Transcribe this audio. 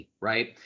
right